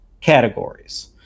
categories